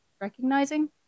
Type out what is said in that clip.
recognizing